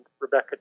Rebecca